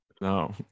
No